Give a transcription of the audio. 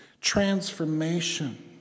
transformation